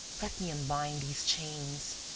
let me unbind these chains.